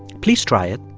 please try it,